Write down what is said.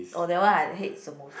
oh that one I hate the most